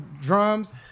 drums